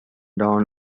don